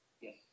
Yes